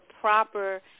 proper